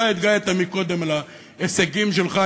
אתה התגאית קודם על ההישגים שלך.